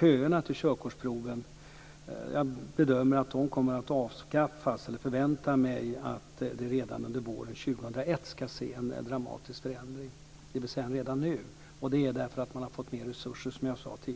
köerna till körkortsproven bedömer jag att de kommer att avskaffas. Jag förväntar mig att vi redan under våren 2001 kommer att se en dramatisk förändring. Detta beror, som jag sade tidigare, på att man har fått mer resurser.